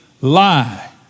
lie